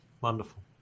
Wonderful